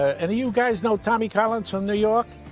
and you guys know tommy collins from new york?